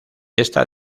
esta